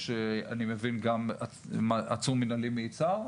אני מבין שיש גם עצור מנהלי מיצהר,